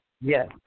Yes